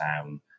Town